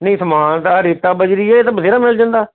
ਨਹੀਂ ਸਮਾਨ ਤਾਂ ਰੇਤਾ ਬਜਰੀ ਹੈ ਇਹ ਤਾਂ ਬਥੈਰਾ ਮਿਲ ਜਾਂਦਾ